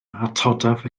atodaf